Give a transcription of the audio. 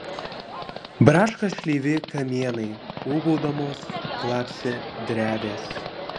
braška šleivi kamienai ūbaudamos klapsi drevės